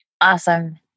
Awesome